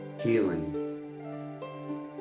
healing